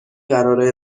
قراره